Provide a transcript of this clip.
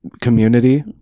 Community